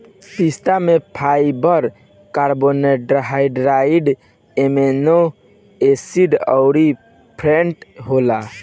पिस्ता में fibre, carbohydrate, amino acid अउरी फैट होला